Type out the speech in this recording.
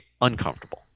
uncomfortable